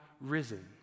risen